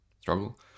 struggle